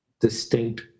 distinct